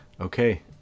Okay